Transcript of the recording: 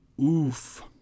Oof